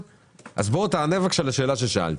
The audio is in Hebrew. תענה בבקשה לשאלה ששאלתי,